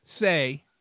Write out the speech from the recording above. Say